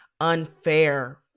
unfair